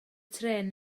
trên